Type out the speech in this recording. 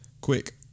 quick